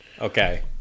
okay